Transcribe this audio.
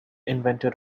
inventor